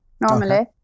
normally